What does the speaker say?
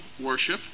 worship